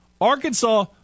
Arkansas